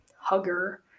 hugger